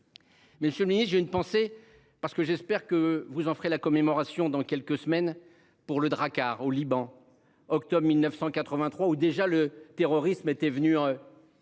Monsieur le ministre, j'ai une pensée parce que j'espère que vous en ferez la commémoration dans quelques semaines pour le Drakkar au Liban. Octobre 1983 où déjà le terrorisme était venu.